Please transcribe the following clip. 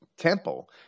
temple